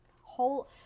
whole